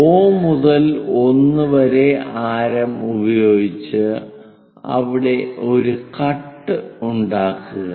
O മുതൽ 1 വരെ ആരം ഉപയോഗിച്ച് അവിടെ ഒരു കട്ട് ഉണ്ടാക്കുക